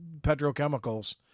petrochemicals